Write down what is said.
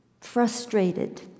frustrated